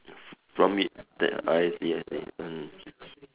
from it that I see I see mm